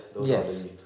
Yes